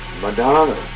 Madonna